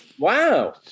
Wow